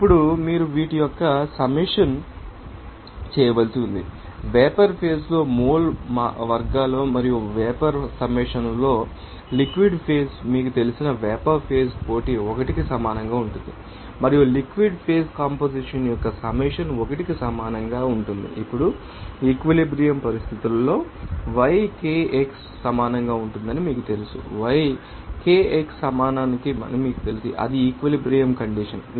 ఇప్పుడు మీరు వీటి యొక్క సమ్మేషన్ చేయవలసి ఉంది వేపర్ ఫేజ్ లో మోల్ వర్గాలు మరియు వేపర్ సమ్మేషన్ న్లో లిక్విడ్ ఫేజ్ మీకు తెలిసిన వేపర్ ఫేజ్ పోటీ 1 కి సమానంగా ఉంటుంది మరియు లిక్విడ్ ఫేజ్ కంపొజిషన్ యొక్క సమ్మేషన్ 1 కి సమానంగా ఉంటుంది ఇప్పుడు ఈక్విలిబ్రియం పరిస్థితులలో yi Kix సమానంగా ఉంటుందని మీకు తెలుసు yi Kixi సమానమని మాకు తెలుసు అది ఈక్విలిబ్రియం కండిషన్